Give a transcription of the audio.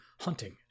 hunting